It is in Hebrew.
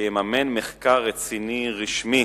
שיממן מחקר רציני רשמי